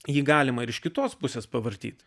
jį galima ir iš kitos pusės pavartyti